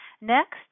Next